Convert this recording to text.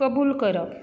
कबूल करप